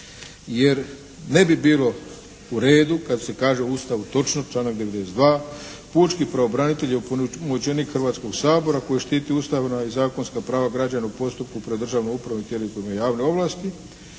jer ne bi bilo u redu kad se kaže u Ustavu točno članak 92. pučki pravobranitelj i opunomoćenik Hrvatskog sabora koji štiti ustavna i zakonska prava građana u postupku pred državnom upravom i …/Govornik